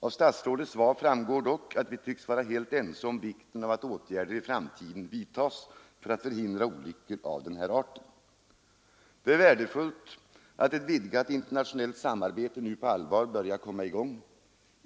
Av statsrådets svar framgår dock att vi tycks vara helt ense om vikten av att åtgärder vidtas för att i framtiden förhindra olyckor av denna art. Det är värdefullt att ett vidgat internationellt samarbete nu på allvar börjar komma i gång.